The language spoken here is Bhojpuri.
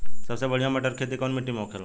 सबसे बढ़ियां मटर की खेती कवन मिट्टी में होखेला?